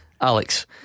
Alex